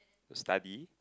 study